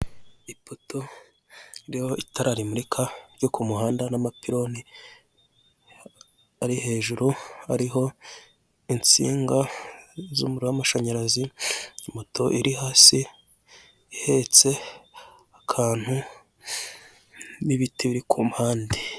Ipoto ririho itara rimurika ryo ku muhanda n'amapironi ari hejuru ariho insinga z'umuriro w'amashanyarazi, moto iri hasi ihetse akantu n'ibiti biri ku mpande.